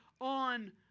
on